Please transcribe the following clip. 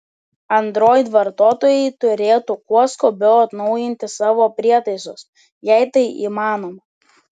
android vartotojai turėtų kuo skubiau atnaujinti savo prietaisus jei tai įmanoma